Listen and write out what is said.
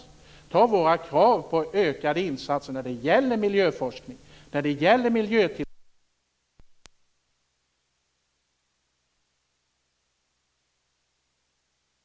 Vi kan ta våra krav på ökade insatser när det gäller miljöforskning, miljötillsyn och liknande som exempel. Det är utomordentligt viktiga gemensamma uppfattningar och uppgifter. Men Lennart Daléus har inte heller stöttat oss på den punkten. Fru talman! Jag är än en gång litet förvånad över Lennart Daléus påhopp på mig i den här viktiga frågan.